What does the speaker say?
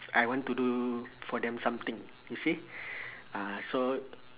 I want to do for them something you see uh so